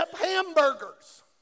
hamburgers